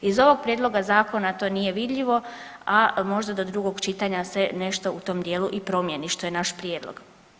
Iz ovog prijedloga zakona to nije vidljivo, a možda do drugog čitanja se nešto u tom dijelu i promijeni, što je naš prijedlog.